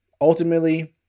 Ultimately